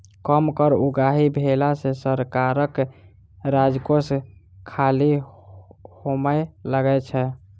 कम कर उगाही भेला सॅ सरकारक राजकोष खाली होमय लगै छै